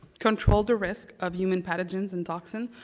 control the risk of human pathogens and toxins,